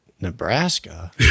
Nebraska